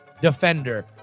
defender